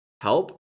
help